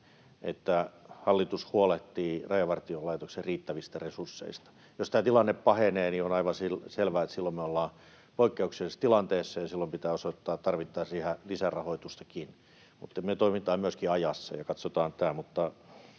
että hallitus huolehtii Rajavartiolaitoksen riittävistä resursseista. Jos tämä tilanne pahenee, niin on aivan selvää, että silloin me ollaan poikkeuksellisessa tilanteessa ja silloin pitää osoittaa tarvittaessa siihen lisärahoitustakin. Me toimitaan myöskin ajassa ja katsotaan tämä,